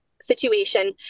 situation